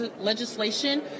legislation